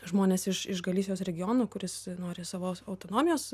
žmonės iš iš galisijos regiono kuris nori savos autonomijos